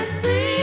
see